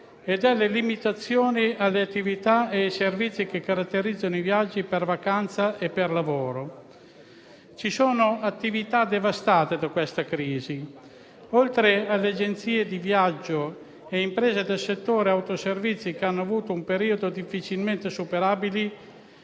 e delle limitazioni alle attività e ai servizi che caratterizzano i viaggi per vacanza e per lavoro. Ci sono attività devastate da questa crisi. Oltre alle agenzie di viaggio e alle imprese del settore degli autoservizi, che hanno avuto un periodo difficilmente superabile,